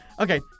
okay